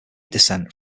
descent